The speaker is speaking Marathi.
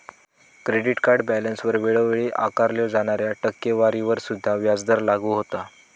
क्रेडिट कार्ड बॅलन्सवर वेळोवेळी आकारल्यो जाणाऱ्या टक्केवारीवर सुद्धा व्याजदर लागू होता